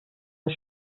als